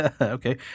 Okay